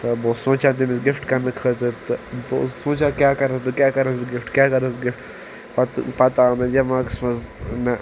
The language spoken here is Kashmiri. تہ بہ اوسس سونچان تٔمس گفٹ کرنہ خٲطر تہ بہ اوسس سونچان کیٚاہ کرس بہ کیٚاہ کرس بہ گفٹ کیٚاہ کرس گفٹ پتہ پتہٕ آو مےٚ دٮ۪ماغس منٛز نہ